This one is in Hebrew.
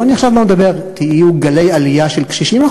אני לא מדבר עכשיו אם יהיו גלי עלייה של קשישים,